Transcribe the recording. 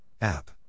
app